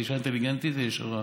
את אישה אינטליגנטית וישרה.